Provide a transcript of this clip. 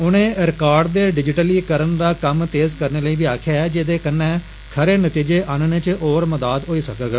उनें रिकार्ड दे डिजटलीकरन दा कम्म तेज करने लेई बी आक्खेआ जेहदे कन्नै खरे नतीजे आन्नने च होर मदाद होई सकग